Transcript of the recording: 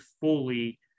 fully